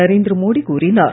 நரேந்திரமோடி கூறினார்